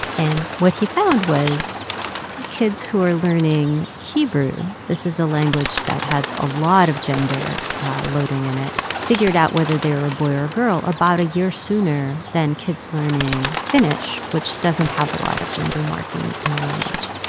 and what he found was kids who were learning hebrew this is a language that has a lot of gender loading in it figured out whether they were a boy or a girl about a year sooner than kids learning finnish, which doesn't have a lot of gender marking in the language.